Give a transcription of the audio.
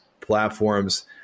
platforms